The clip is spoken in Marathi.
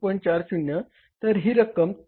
40 तर ही रक्कम 33